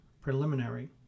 preliminary